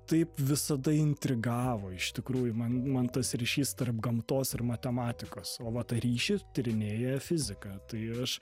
taip visada intrigavo iš tikrųjų man man tas ryšys tarp gamtos ir matematikos o vat ryšį tyrinėja fiziką tai aš